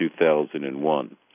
2001